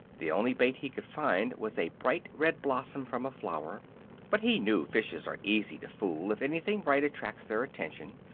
the only bait he could find was a bright red blossom from a flower but he knew fishes are easy to fool if anything bright attracts their attention,